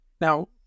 Now